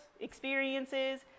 experiences